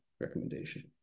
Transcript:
recommendation